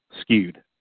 skewed